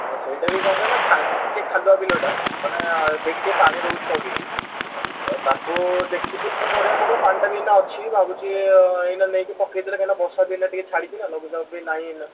ହଁ ସେଇଟା ବି କ'ଣ କହିଲ ଖା ଟିକେ ଖାଲୁଆ ବିଲଟା ମାନେ ସେଇଠି ଟିକେ ପାଣି ରହୁଛି ଜମିକି ତାକୁ ଦେଖିକି କ'ଣ କରିବାକୁ ପଡ଼ିବ ପାଣିଟା ବି ଏଇନା ଅଛି ଭାବୁଛି ଏଇନା ନେଇକି ପକେଇ ଦେଲେ କାହିଁକି ନା ବର୍ଷା ଦିନ ଟିକେ ଛାଡ଼ିଛି ନା ଲଘୁଚାପ ବି ନାହିଁ ଏଇନା